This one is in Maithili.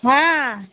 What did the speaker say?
हँ